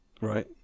Right